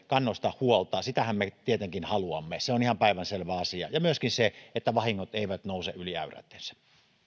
kannoista huolta sitähän me tietenkin haluamme se on ihan päivänselvä asia ja myöskin sitä että vahingot eivät nouse yli äyräittensä